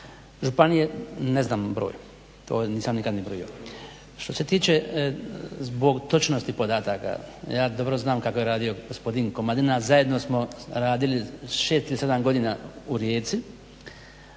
županije ne znam broj, to nisam nikad ni brojio. Što se tiče, zbog točnosti podataka, ja dobro znam kako je radio gospodin Komadina, zajedno smo radili 6 ili 7 godina u Rijeci,